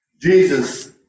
Jesus